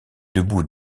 debout